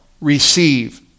receive